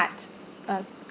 a